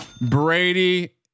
Brady